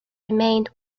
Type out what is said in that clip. remained